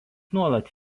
nuolat